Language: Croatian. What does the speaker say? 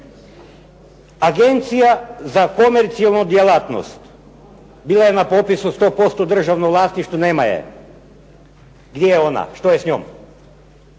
Agencija za komercijalnu djelatnost bila je na popisu 100% državno vlasništvo, nema je. Gdje je ona, što je s njom?